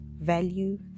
value